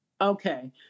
Okay